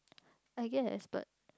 I guess but